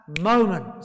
moment